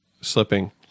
slipping